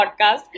podcast